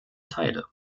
teile